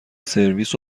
سرویس